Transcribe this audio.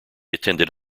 attended